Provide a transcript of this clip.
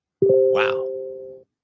Wow